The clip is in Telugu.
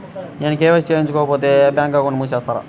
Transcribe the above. నేను కే.వై.సి చేయించుకోకపోతే బ్యాంక్ అకౌంట్ను మూసివేస్తారా?